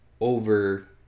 over